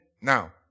now